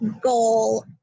goal